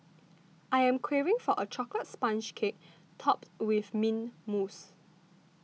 I am craving for a Chocolate Sponge Cake Topped with Mint Mousse